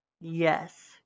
Yes